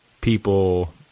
people